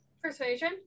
persuasion